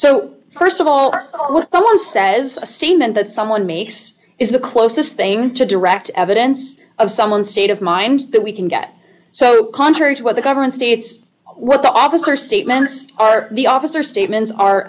someone says a statement that someone makes is the closest thing to direct evidence of someone's state of mind that we can get so contrary to what the government states what the officer statements are the officer statements are